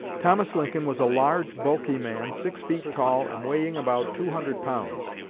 thomas lincoln was a large, bulky man, six feet tall and weighing about two hundred pounds.